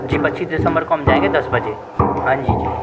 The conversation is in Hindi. जी पच्चीस दिसंबर को हम जाएंगे दस बजे हाँ जी जी